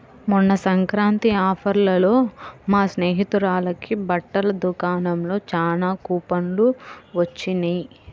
మొన్న సంక్రాంతి ఆఫర్లలో మా స్నేహితురాలకి బట్టల దుకాణంలో చానా కూపన్లు వొచ్చినియ్